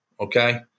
Okay